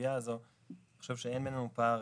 בסוגיה הזאת אני חושב שאין בינינו פער,